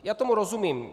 Já tomu rozumím.